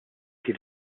kif